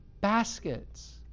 baskets